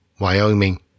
Wyoming